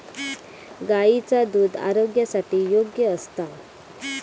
गायीचा दुध आरोग्यासाठी योग्य असता